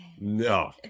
No